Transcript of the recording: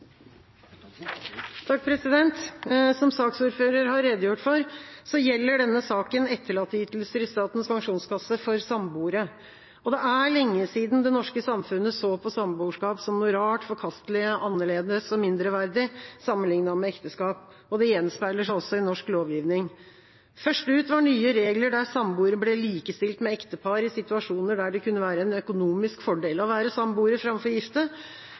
lenge siden det norske samfunnet så på samboerskap som noe rart, forkastelig, annerledes og mindreverdig sammenliknet med ekteskap. Det gjenspeiler seg også i norsk lovgivning. Først ut var nye regler der samboere ble likestilt med ektepar i situasjoner der det kunne være en økonomisk fordel å være samboere framfor gifte.